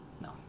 no